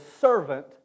servant